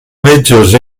metges